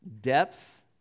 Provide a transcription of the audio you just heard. depth